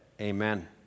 Amen